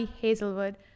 Hazelwood